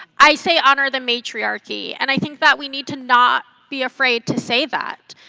i say honor the matriarchy, and i think that we need to not be afraid to say that.